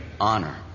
honor